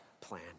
plan